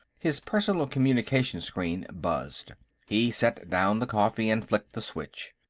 his personal communication-screen buzzed he set down the coffee and flicked the switch.